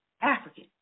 African